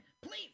please